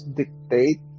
dictate